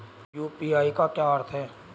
UPI का क्या अर्थ है?